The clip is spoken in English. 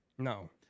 No